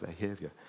behavior